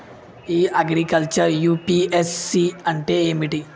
ఇ agriculture UPSC అంటే ఏమిటి?